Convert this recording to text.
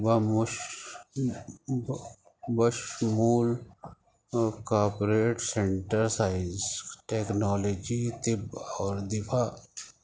وہ بشمول corporate centre science technology طب اور دفاع